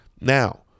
Now